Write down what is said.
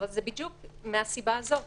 אבל זה בדיוק מהסיבה הזאת,